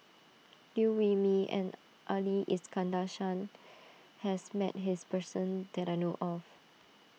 Liew Wee Mee and Ali Iskandar Shah has met his person that I know of